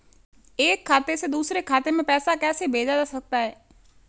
एक खाते से दूसरे खाते में पैसा कैसे भेजा जा सकता है?